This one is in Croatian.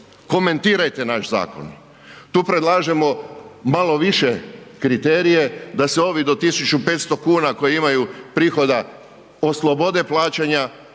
komentirajte naš zakon, tu predlažemo malo više kriterije da se ovi do 1.500 kuna koji imaju prihoda oslobode plaćanja,